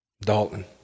Dalton